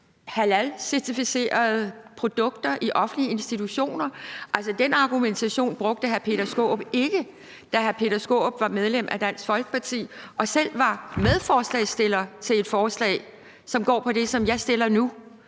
halalcertificerede produkter i offentlige institutioner. Altså, den argumentation brugte hr. Peter Skaarup ikke, da hr. Peter Skaarup var medlem af Dansk Folkeparti og han selv var medforslagsstiller pål et forslag, som gik på det samme som det